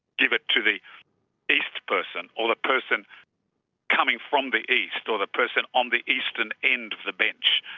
give it to the east person or the person coming from the east or the person on the eastern end of the bench,